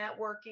networking